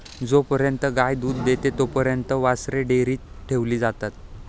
जोपर्यंत गाय दूध देते तोपर्यंत वासरे डेअरीत ठेवली जातात